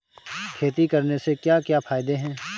खेती करने से क्या क्या फायदे हैं?